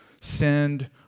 send